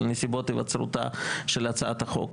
על נסיבות היווצרות של הצעת החוק.